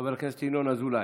חבר הכנסת ינון אזולאי,